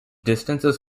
distances